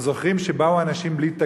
אנחנו זוכרים שבאו אנשים בלי תגים,